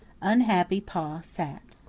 unhappy pa sat.